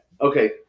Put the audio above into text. okay